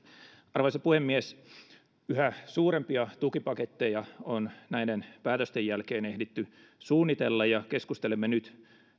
arvoisa puhemies yhä suurempia tukipaketteja on näiden päätösten jälkeen ehditty suunnitella ja keskustelemme nyt